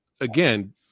again